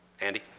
Andy